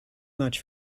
much